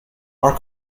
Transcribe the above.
are